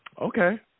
Okay